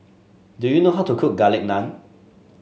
do you know how to cook Garlic Naan